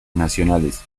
nacionales